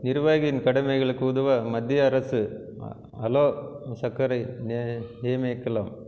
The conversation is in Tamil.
நிர்வாகியின் கடமைகளுக்கு உதவ மத்திய அரசு ஆலோசகரை நியமிக்கலாம்